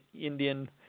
Indian